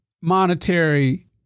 monetary